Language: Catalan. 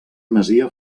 masia